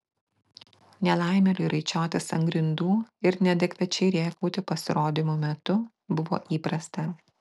nelaimėliui raičiotis ant grindų ir neadekvačiai rėkauti pasirodymų metu buvo įprasta